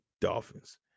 Dolphins